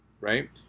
Right